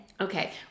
okay